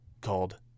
called